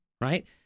right